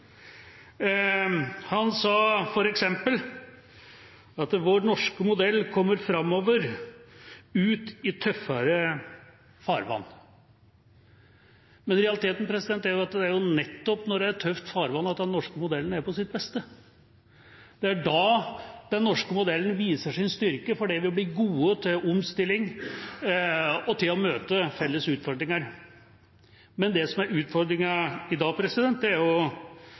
Han sa f.eks.: «Vår norske modell kommer fremover ut i tøffere farvann.» Men realiteten er jo at det er nettopp når det er tøft farvann, at den norske modellen er på sitt beste. Det er da den norske modellen viser sin styrke, fordi vi blir gode til omstilling og til å møte felles utfordringer. Men det som er utfordringa i dag, er